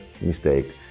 mistake